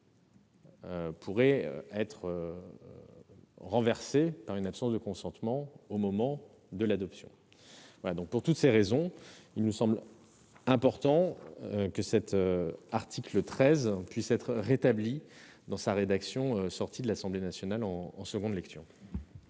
pourrait être renversé par une absence de consentement au moment de l'adoption. Pour toutes ces raisons, il nous semble important que cet article 13 puisse être rétabli dans la rédaction issue des travaux de l'Assemblée nationale en nouvelle lecture.